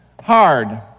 hard